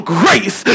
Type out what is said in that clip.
grace